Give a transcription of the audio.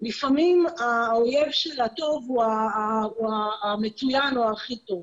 לפעמים האויב של הטוב הוא המצוין או ההכי טוב.